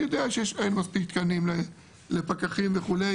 אני יודע שיש להם מספיק תקנים לפקחים, וכו'.